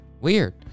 Weird